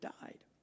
died